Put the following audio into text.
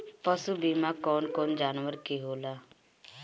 पशु बीमा कौन कौन जानवर के होला?